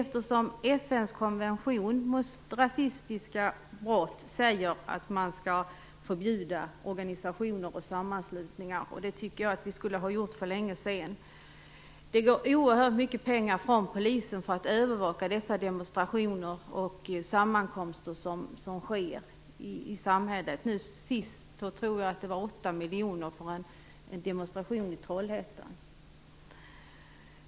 FN:s konvention mot rasistiska brott säger att man skall förbjuda organisationer och sammanslutningar. Det tycker jag att vi skulle ha gjort för länge sedan. Det går oerhört mycket pengar från polisen för att övervaka de demonstrationer och sammankomster som sker i samhället. Jag tror att det gick åt 8 miljoner för att övervaka en demonstration i Trollhättan.